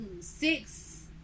six